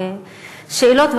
שאלות,